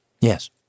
Yes